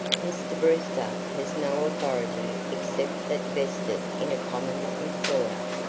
mr. brewster has no authority except that vested in a common employer.